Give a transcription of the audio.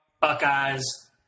Buckeyes